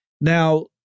Now